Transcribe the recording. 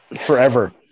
forever